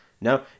no